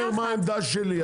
העמדה שלי,